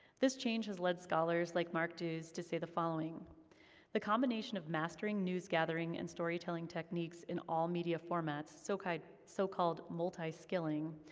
this change had led scholars like mark deuze to say the following the combination of mastering newsgathering and storytelling techniques in all media formats, so-called so-called multi-skilling,